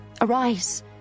Arise